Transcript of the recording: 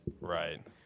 Right